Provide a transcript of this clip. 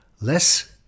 Less